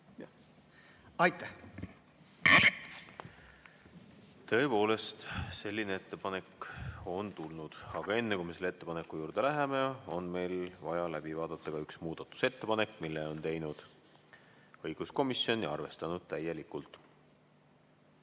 Aitäh! Tõepoolest, selline ettepanek on tulnud. Aga enne, kui me selle ettepaneku juurde läheme, on meil vaja läbi vaadata ka üks muudatusettepanek, mille on teinud õiguskomisjon ja mida ta on arvestanud täielikult.